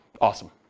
Awesome